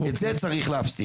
את זה צריך להפסיק.